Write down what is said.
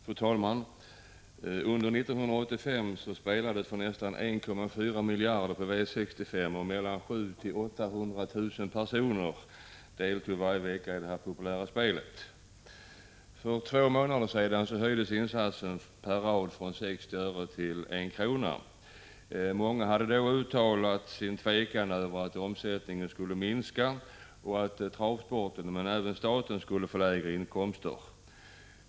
Fru talman! Under 1985 spelades för nästan 1,4 miljarder på V 65 av 22 maj 1986 700 000-800 000 personer varje vecka i det populära spelet. För två månader sedan höjdes insatsen per rad från 60 öre till I kr. Många hade då uttalat sina farhågor över att omsättningen skulle minska och att travsporten och staten skulle få lägre inkomster.